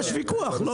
יש ויכוח.